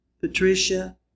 Patricia